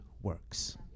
works